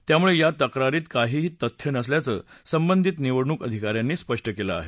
त्यामुळे या तक्रारीत काहीही तथ्य नसल्याचं संबंधित निवडणूक अधिकाऱ्यांनी स्पष्ट केलं आहे